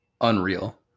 unreal